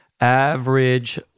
Average